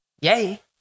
Yay